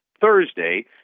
thursday